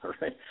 right